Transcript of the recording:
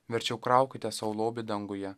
verčiau kraukite sau lobį danguje